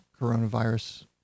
coronavirus